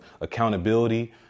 accountability